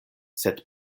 sed